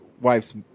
wife's